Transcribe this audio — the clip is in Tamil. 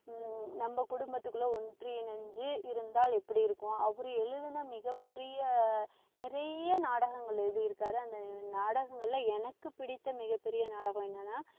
ம் நம்ம குடும்பத்துக்குள்ளே ஒன்றிணைஞ்சு இருந்தால் எப்படி இருக்கும் அவரு எழுதின மிக பெரிய நிறைய நாடகங்கள் எழுதி இருக்கார் அந்த நாடகங்களில் எனக்கு பிடித்த மிகப்பெரிய நாடகம் என்னெனா